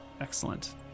Excellent